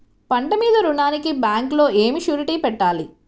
పంట మీద రుణానికి బ్యాంకులో ఏమి షూరిటీ పెట్టాలి?